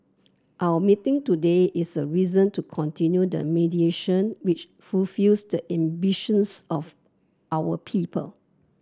our meeting today is a reason to continue the mediation which fulfils the ambitions of our people